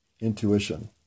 intuition